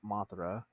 Mothra